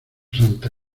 santa